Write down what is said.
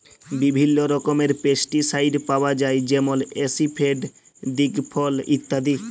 বিভিল্ল্য রকমের পেস্টিসাইড পাউয়া যায় যেমল আসিফেট, দিগফল ইত্যাদি